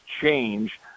change